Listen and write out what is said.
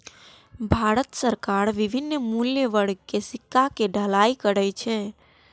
भारत सरकार विभिन्न मूल्य वर्ग के सिक्का के ढलाइ करै छै